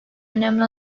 önemli